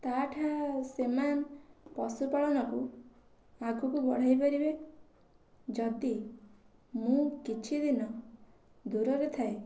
ତା ଠା ସେମାନେ ପଶୁ ପାଳନକୁ ଆଗକୁ ବଢ଼ାଇ ପାରିବେ ଯଦି ମୁଁ କିଛି ଦିନ ଦୂରରେ ଥାଏ